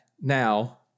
now